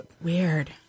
Weird